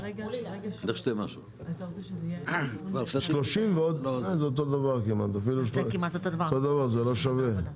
זה יוצא אותו דבר זה לא שווה.